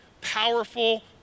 powerful